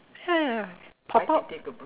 ya ya ya pop up